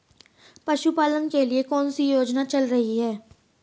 पशुपालन के लिए कौन सी योजना चल रही है?